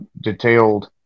detailed